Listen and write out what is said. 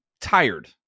tired